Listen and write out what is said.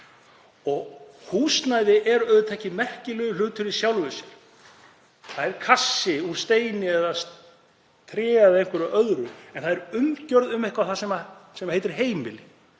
Húsnæði er auðvitað ekki merkilegur hlutur í sjálfu sér, það er kassi úr steini eða tré eða einhverju öðru. En það er umgjörð um eitthvað sem heitir heimili